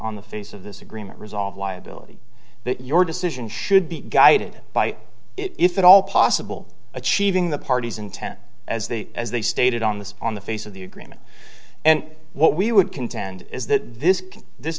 on the face of this agreement resolve liability that your decision should be guided by if at all possible achieving the party's intent as the as they stated on the on the face of the agreement and what we would contend is th